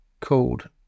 called